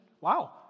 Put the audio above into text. Wow